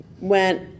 went